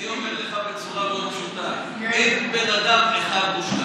אני אומר לך בצורה מאוד פשוטה: אין בן אדם אחד מושלם.